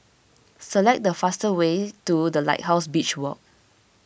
select the fastest way to the Lighthouse Beach Walk